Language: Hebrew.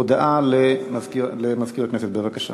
הודעה למזכיר הכנסת, בבקשה.